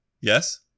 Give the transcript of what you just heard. yes